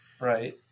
Right